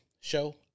show